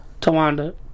Tawanda